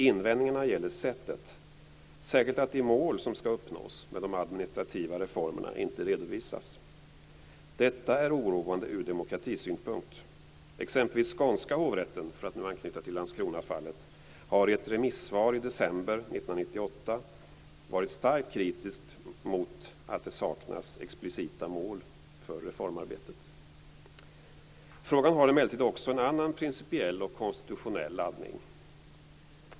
Invändningarna gäller sättet, särskilt att de mål som skall uppnås med de administrativa reformerna inte redovisas. Detta är oroande ur demokratisynpunkt. Exempelvis har skånska hovrätten, för att anknyta till Landskronafallet, i ett remissvar i december 1998 varit starkt kritisk mot att det saknas explicita mål för reformarbetet. Frågan har emellertid också en annan principiell och konstitutionell laddning.